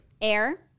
Air